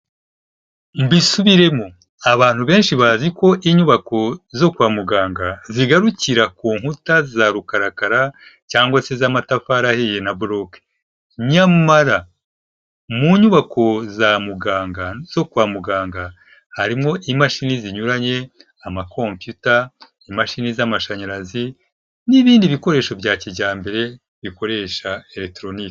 Mbisubiremo abantu benshi bazi ko inyubako zo kwa muganga zigarukira ku nkuta za rukarakara cyangwa se z'amatafari ahiye na boroke. Nyamara mu nyubako za muganga zo kwa muganga harimo imashini zinyuranye, amakompiyuta, imashini z'amashanyarazi n'ibindi bikoresho bya kijyambere bikoresha electronic.